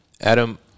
Adam